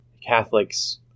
Catholics